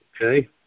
okay